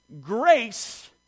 grace